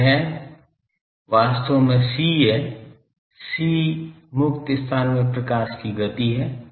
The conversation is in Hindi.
तो यह वास्तव में c है c मुक्त स्थान में प्रकाश की गति है